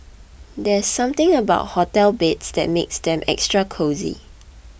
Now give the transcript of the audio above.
there's something about hotel beds that makes them extra cosy